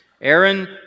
Aaron